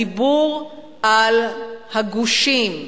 הדיבור על הגושים,